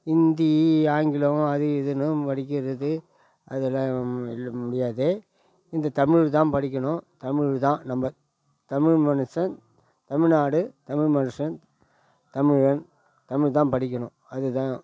ஹிந்தி ஆங்கிலம் அது இதுன்னு படிக்கிறது அதெல்லாம் இல்லை முடியாது இந்த தமிழ் தான் படிக்கணும் தமிழ் தான் நம்ம தமிழ் மனுசன் தமிழ்நாடு தமிழ் மனுசன் தமிழன் தமிழ் தான் படிக்கணும் அது தான்